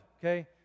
okay